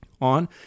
On